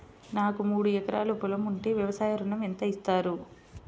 నాకు మూడు ఎకరాలు పొలం ఉంటే వ్యవసాయ ఋణం ఎంత ఇస్తారు?